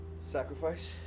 Sacrifice